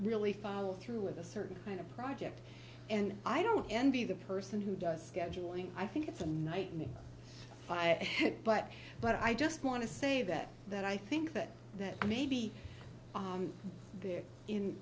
really follow through with a certain kind of project and i don't envy the person who does scheduling i think it's a nightmare but but i just want to say that that i think that that maybe there in